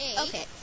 Okay